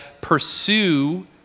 Pursue